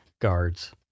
guards